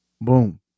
boom